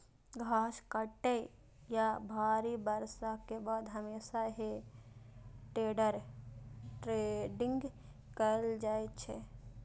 घास काटै या भारी बर्षा के बाद हमेशा हे टेडर टेडिंग कैल जाइ छै